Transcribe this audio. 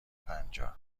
پنجاه